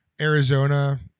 Arizona